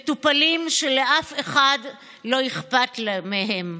מטופלים שלאף אחד לא אכפת מהם.